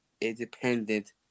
independent